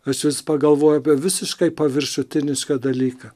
aš vis pagalvoju apie visiškai paviršutinišką dalyką